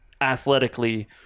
athletically